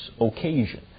occasion